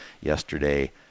yesterday